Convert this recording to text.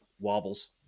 wobbles